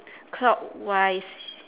clockwise